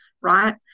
right